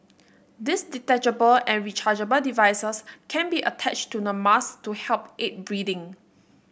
these detachable and rechargeable devices can be attached to the mask to help aid breathing